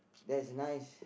that's nice